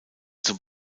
zum